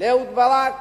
לאהוד ברק